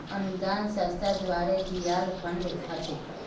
अनुदान संस्था द्वारे दियाल फण्ड ह छेक